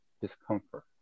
discomfort